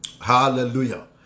Hallelujah